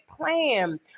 plan